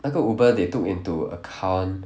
那个 Uber they took into account